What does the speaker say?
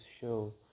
show